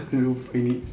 I don't find it